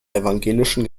evangelischen